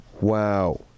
wow